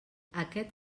aquest